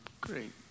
great